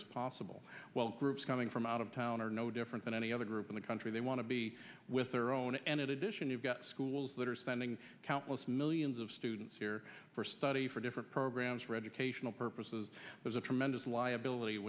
as possible while groups coming from out of town are no different than any other group in the country they want to be with their own and it addition you've got schools that are spending countless millions of students here for study for different programs for educational purposes there's a tremendous liability